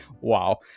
Wow